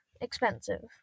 expensive